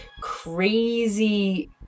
crazy